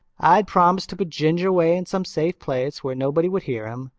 i'd promised to put ginger away in some safe place where nobody would hear him.